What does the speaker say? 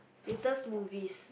latest movie